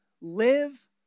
live